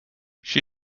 she